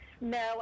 No